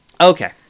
Okay